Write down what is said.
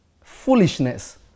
Foolishness